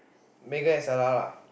Megan and Stella lah